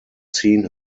seen